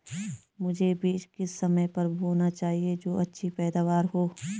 मुझे बीज किस समय पर बोना चाहिए जो अच्छी पैदावार हो?